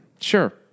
sure